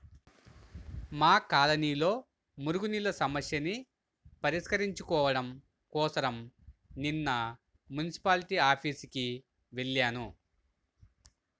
మా కాలనీలో మురుగునీళ్ళ సమస్యని పరిష్కరించుకోడం కోసరం నిన్న మున్సిపాల్టీ ఆఫీసుకి వెళ్లాను